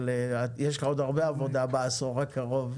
אבל יש לך עוד הרבה עבודה בעשור הקרוב.